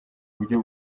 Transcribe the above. buryo